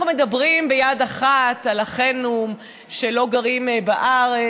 אנחנו מדברים ביד אחת על אחינו שלא גרים בארץ,